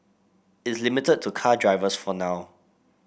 it's limited to car drivers for now